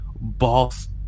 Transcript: boss